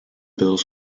bills